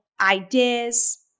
ideas